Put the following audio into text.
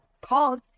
called